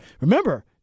Remember